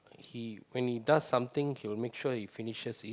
he when he does something he will make sure he finishes it